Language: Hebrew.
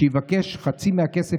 שיבקש חצי מהכסף,